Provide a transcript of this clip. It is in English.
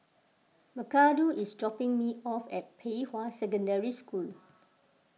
Macarthur is dropping me off at Pei Hwa Secondary School